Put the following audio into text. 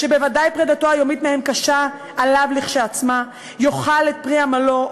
(שבוודאי פרידתו היומית מהם קשה עליו כשלעצמה) יאכל את פרי עמלו,